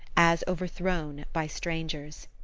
as overthrown by strangers.